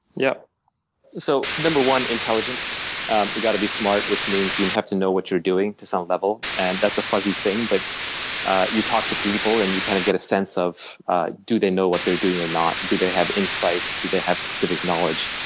yeah so number one, intelligence you've got to be smart, which means you and have to know what you're doing, to some level. and that's a fuzzy thing but you talk to people and you kind of get a sense of do they know what they're doing or not. do they have insight, do they have specific knowledge?